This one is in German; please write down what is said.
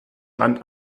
land